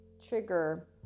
Trigger